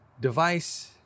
device